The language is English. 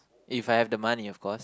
if I have the money of course